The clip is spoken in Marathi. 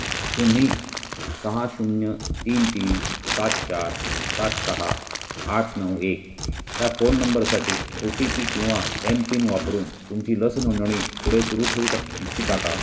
तुम्ही सहा शून्य तीन तीन सात चार सात सहा आठ नऊ एक ह्या फोन नंबरसाठी ओ टी पी किंवा एमपिन वापरून तुमची लस नोंदणी पुढे सुरू ठेऊ शक इच्छिता का